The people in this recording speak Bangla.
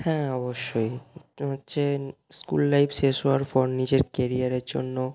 হ্যাঁ অবশ্যই আপনার হচ্ছে স্কুল লাইফ শেষ হওয়ার পর নিজের কেরিয়ারের জন্য